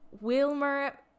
Wilmer